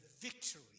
victory